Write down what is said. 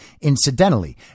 incidentally